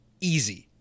easy